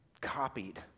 copied